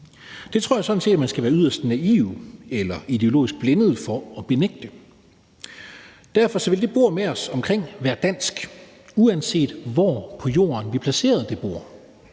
Det tror jeg sådan set man skal være yderst naiv eller ideologisk blind for at benægte. Derfor vil det bord, som vi sidder rundtomkring, være dansk, uanset hvor på jorden, vi placerer det bord.